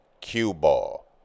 Q-Ball